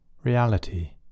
reality